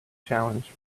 challenge